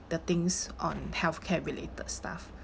the things on healthcare related stuff